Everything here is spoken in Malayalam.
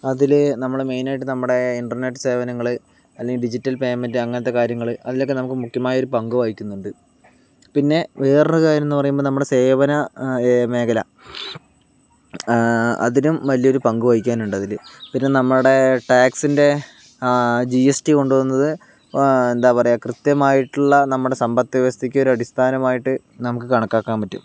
അതിൽ നമ്മള് മെയിൻ ആയിട്ട് നമ്മുടെ ഇൻറർനെറ്റ് സേവനങ്ങൾ അല്ലെങ്കിൽ ഡിജിറ്റൽ പെയ്മെൻറ് അങ്ങനത്തെ കാര്യങ്ങൾ അതിലൊക്കെ നമുക്ക് മുഖ്യമായ ഒരു പങ്കുവഹിക്കുന്നുണ്ട് പിന്നെ വേറൊരു കാര്യം എന്ന് പറയുമ്പോൽ നമ്മുടെ സേവന മേഖല അതിനും വലിയൊരു പങ്കുവഹിക്കാൻ ഉണ്ട് അതില് പിന്നെ നമ്മുടെ ടാക്സിൻ്റെ ആ ജിഎസ്ടി കൊണ്ടുവന്നത് എന്താ പറയാ കൃത്യമായിട്ടുള്ള നമ്മുടെ സമ്പത്ത് വ്യവസ്ഥക്ക് ഒരു അടിസ്ഥാനമായിട്ട് നമുക്ക് കണക്കാക്കാൻ പറ്റും